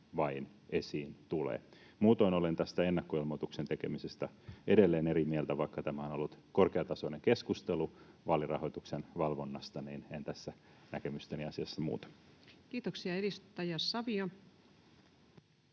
vain esiin tulee. Muutoin olen tästä ennakkoilmoituksen tekemisestä edelleen eri mieltä, ja vaikka tämä on ollut korkeatasoinen keskustelu vaalirahoituksen valvonnasta, niin en tässä näkemystäni asiassa muuta. [Speech 195]